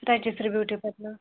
Rajshri beauty parlour